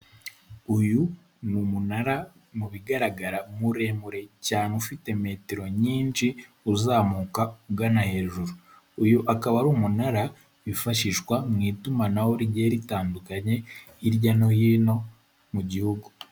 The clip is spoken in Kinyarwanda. Uyu ni umunara mu bigaragara muremure cyane ufite metero nyinshi uzamuka ugana hejuru, uyu akaba ari umunara wifashishwa mu itumanaho rigiye ritandukanye hirya no hino mu gihugu.